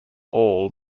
all